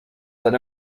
that